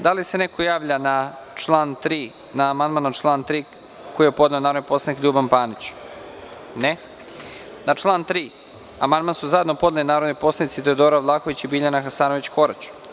Da li se neko javlja na amandman na član 3. koji je podneo narodni poslanik Ljuban Panić? (Ne) Na član 3. amandman su zajedno podneli narodni poslanici Teodora Vlahović i Biljana Hasanović Korać.